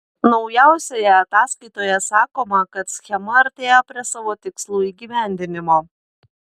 naujausioje ataskaitoje sakoma kad schema artėja prie savo tikslų įgyvendinimo